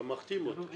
אתה מחתים אותו?